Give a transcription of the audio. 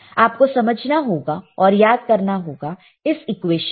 आप को समझना होगा और याद करना होगा इस इक्वेशन को